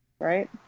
right